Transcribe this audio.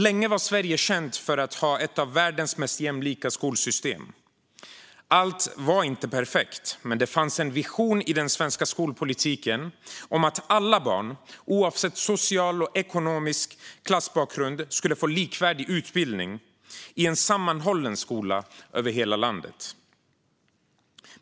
Länge var Sverige känt för att ha ett av världens mest jämlika skolsystem. Allt var inte perfekt, men det fanns en vision i den svenska skolpolitiken om att alla barn, oavsett social bakgrund, ekonomisk bakgrund eller klassbakgrund skulle få likvärdig utbildning i en sammanhållen skola över hela landet.